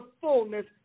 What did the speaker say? fullness